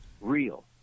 real